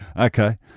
Okay